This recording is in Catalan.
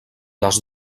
les